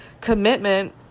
commitment